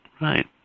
right